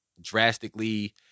drastically